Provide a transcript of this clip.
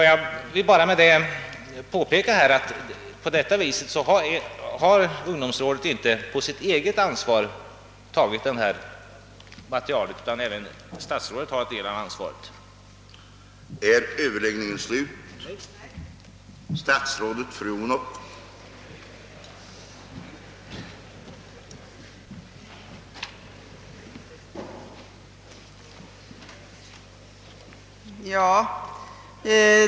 Jag vill erinra den ärade talaren om att ett inlägg i en enkel fråga skall vara kort. Herr talman! Jag har med detta endast velat påpeka att inte bara ungdomsrådet utan även statsrådet sålunda har del i ansvaret för det material vi diskuterar.